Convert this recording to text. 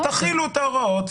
תחילו את ההוראות,